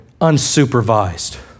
unsupervised